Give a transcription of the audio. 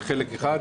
זה חלק אחד.